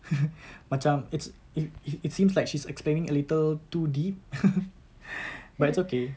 macam it's it it it seems like she's explaining a little too deep but it's okay